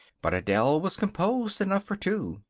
but adele was composed enough for two.